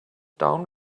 down